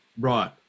Right